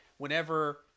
whenever